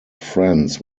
friends